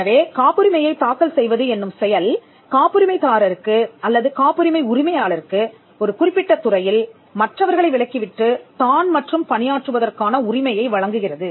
எனவே காப்புரிமையை தாக்கல் செய்வது என்னும் செயல் காப்புரிமை தாரருக்கு அல்லது காப்புரிமை உரிமையாளருக்கு ஒரு குறிப்பிட்ட துறையில் மற்றவர்களை விலக்கிவிட்டு தான் மற்றும் பணியாற்றுவதற்கான உரிமையை வழங்குகிறது